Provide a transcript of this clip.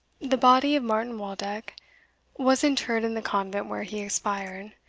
the body of martin waldeck was interred in the convent where he expired,